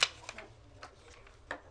בבקשה.